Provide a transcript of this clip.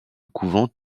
couvent